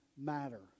matter